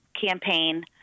campaign